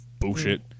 bullshit